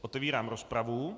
Otevírám rozpravu.